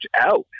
out